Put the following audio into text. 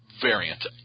Variant